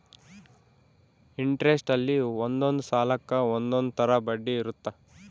interest ಅಲ್ಲಿ ಒಂದೊಂದ್ ಸಾಲಕ್ಕ ಒಂದೊಂದ್ ತರ ಬಡ್ಡಿ ಇರುತ್ತ